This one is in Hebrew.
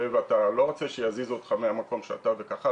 אתה לא רוצה שיזיזו אותך מהמקום שאתה בו וכך הלאה.